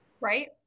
Right